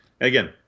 Again